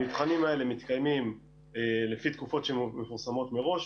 המבחנים האלה מתקיימים לפי תקופות שמפורסמות מראש,